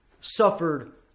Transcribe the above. suffered